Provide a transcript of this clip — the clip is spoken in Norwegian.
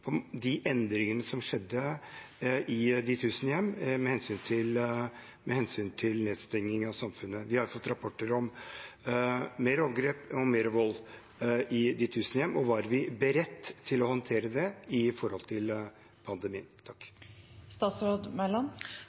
endringene som skjedde i de tusen hjem med tanke på nedstengningen av samfunnet? Vi har jo fått rapporter om flere angrep og mer vold i de tusen hjem. Var vi beredt til å håndtere det under koronapandemien? Til